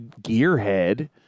gearhead